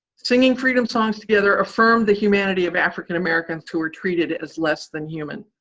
singing freedom songs together affirmed the humanity of african-americans who were treated as less than human.